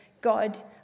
God